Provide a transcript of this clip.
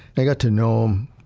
i got to know um